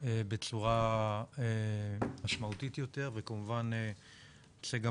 בצורה משמעותית יותר וכמובן אני רוצה גם